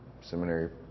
seminary